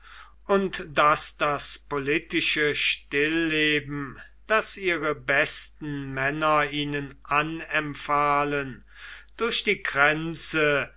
und daß das politische stilleben das ihre besten männer ihnen anempfahlen durch die kränze